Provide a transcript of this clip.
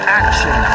action